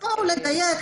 בואו נדייק,